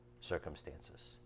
circumstances